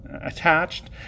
attached